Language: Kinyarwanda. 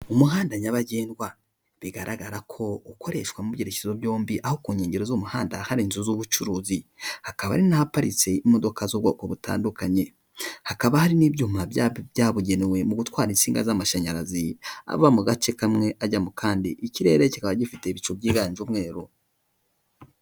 Umuhanda nyabagendwa bigaragara ko ukoreshwa mu byerekezo byombi, aho ku nkengero z'umuhanda hari inzu z'ubucuruzi, hakaba ari n'ahaparitse imodoka z'ubwoko butandukanye, hakaba hari n'ibyuma byabugenewe mu gutwara insinga z'amashanyarazi, ava mu gace kamwe ajya kandi. Ikirere kikaba gifite ibice byiganje umweru.